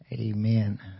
Amen